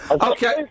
Okay